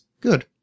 Good